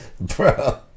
Bro